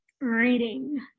Reading